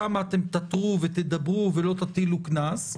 שם אתם תתרו ותדברו ולא תטילו קנס,